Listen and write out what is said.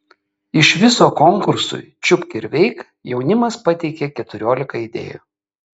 iš viso konkursui čiupk ir veik jaunimas pateikė keturiolika idėjų